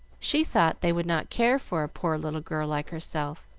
she thought they would not care for a poor little girl like herself,